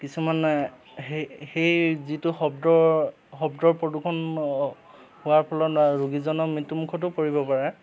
কিছুমানে সেই সেই যিটো শব্দৰ শব্দৰ প্ৰদূষণ হোৱাৰ ফলত ৰোগীজনৰ মৃত্যুমুখতো পৰিব পাৰে